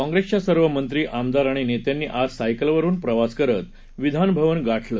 काँग्रेसच्या सर्व मंत्री आमदार आणि नेत्यांनी आज सायकलवरून प्रवास करत विधान भवन गाठले